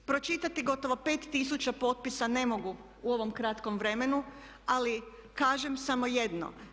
Pročitati gotovo 5000 potpisa ne mogu u ovom kratkom vremenu, ali kažem samo jedno.